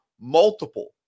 multiple